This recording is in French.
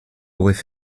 auraient